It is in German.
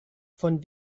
von